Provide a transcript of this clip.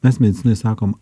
mes medicinoj sakom